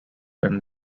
and